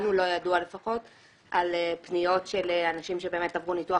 לנו לא ידוע לפחות על פניות של אנשים שבאמת עברו ניתוח